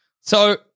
So-